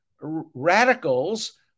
radicals